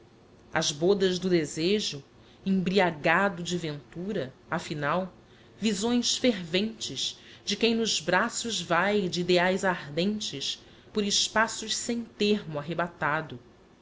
as bodas do desejo embriagado de ventura a final visões ferventes de quem nos braços vae de ideaes ardentes por espaços sem termo arrebatado